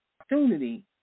opportunity